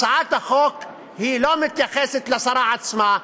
הצעת החוק לא מתייחסת לשרה עצמה,